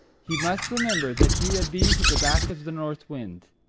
he must remember that he had been to the back of the north wind.